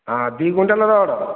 ହଁ ଦୁଇ quintal rod